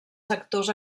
sectors